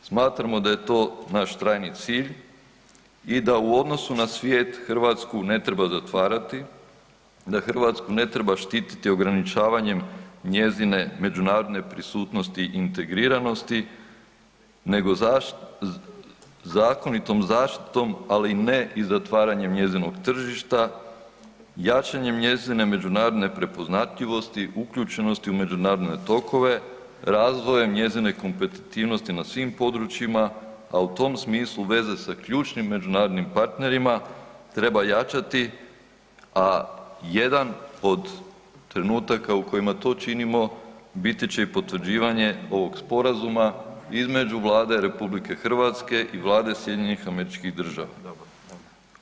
Smatramo da je to naš trajni cilj i da u odnosu na svijet, Hrvatsku ne treba zatvarati, da Hrvatsku ne treba štititi ograničavanjem njezine međunarodne prisutnosti i integriranosti nego zakonitom zaštitom, ali ne i zatvaranjem njezinog tržišta, jačanjem njezine međunarodne prepoznatljivosti, uključenosti u međunarodne tokove, razvojem njezine kompetitivnosti na svim područjima, a u tom smislu, veza sa ključnim međunarodnim partnerima treba jačati, a jedan od trenutaka u kojima to činimo, biti će i potvrđivanje ovog Sporazuma između Vlade RH i Vlade SAD-a.